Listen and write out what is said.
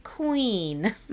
Queen